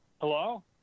Hello